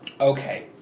Okay